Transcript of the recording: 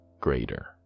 greater